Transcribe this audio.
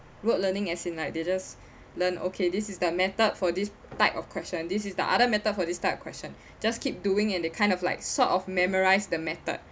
rote learning as in like they just learn okay this is the method for this type of question this is the other method for this type of question just keep doing and they kind of like sort of memorised the method